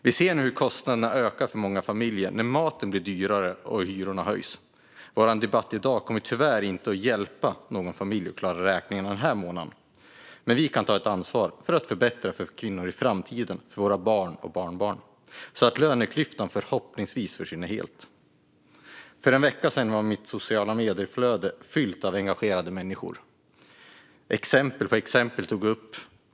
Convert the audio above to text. Vi ser nu hur kostnaderna ökar för många familjer när maten blir dyrare och hyrorna höjs. Bara en debatt i dag kommer tyvärr inte att hjälpa någon familj att klara räkningarna den här månaden, men vi kan ta ett ansvar för att förbättra för kvinnor i framtiden, för våra barn och barnbarn, så att löneklyftan förhoppningsvis försvinner helt. För en vecka sedan var mitt sociala medier-flöde fyllt av engagerade människor. Exempel på exempel togs upp.